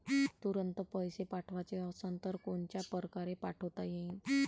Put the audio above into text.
तुरंत पैसे पाठवाचे असन तर कोनच्या परकारे पाठोता येईन?